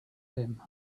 him